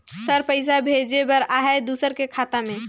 Sir पइसा भेजे बर आहाय दुसर के खाता मे?